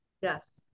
Yes